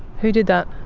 who did that?